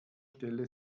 stelle